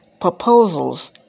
proposals